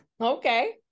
okay